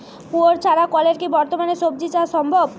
কুয়োর ছাড়া কলের কি বর্তমানে শ্বজিচাষ সম্ভব?